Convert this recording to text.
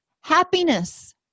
happiness